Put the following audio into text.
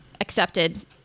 Accepted